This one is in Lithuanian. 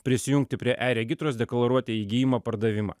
prisijungti prie eregitros deklaruota įgijimą pardavimą